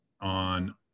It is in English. on